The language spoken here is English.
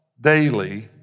daily